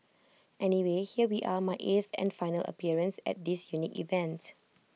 anyway here we are my eighth and final appearance at this unique event